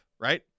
right